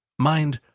mind!